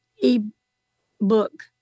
e-book